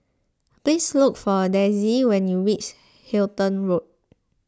please look for Dezzie when you reach Halton Road